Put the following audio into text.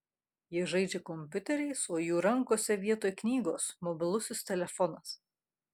jie žaidžia kompiuteriais o jų rankose vietoj knygos mobilusis telefonas